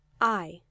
I